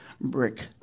brick